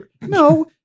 No